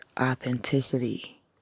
authenticity